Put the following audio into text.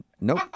Nope